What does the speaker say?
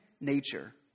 nature